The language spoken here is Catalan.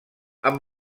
amb